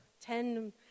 ten